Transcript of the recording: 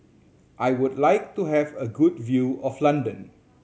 I would like to have a good view of London